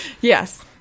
Yes